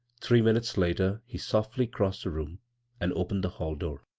three minutes later he sofdy crossed the room and opened the hall door.